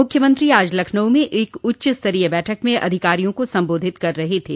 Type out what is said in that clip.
मुख्यमंत्री आज लखनऊ में एक उच्च स्तरीय बैठक में अधिकारियों को संबोधित कर रहे थे